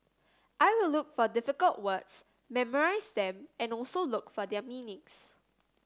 I will look for difficult words memorise them and also look for their meanings